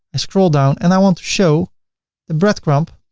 i scroll down and i want to show the breadcrumb